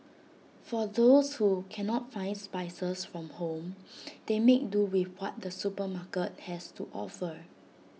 for those who cannot find spices from home they make do with what the supermarket has to offer